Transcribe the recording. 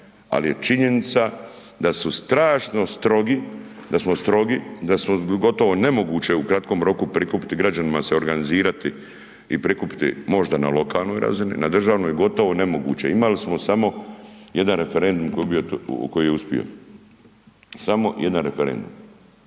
ali je činjenica da su strašno strogi, da smo strogi, da smo gotovo nemoguće u kratkom roku prikupiti građanima se organizirati i prikupiti, možda na lokalnoj razini, na državnoj gotovo nemoguće, imali smo samo jedan referendum koji je uspio. Samo jedan referendum